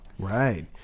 Right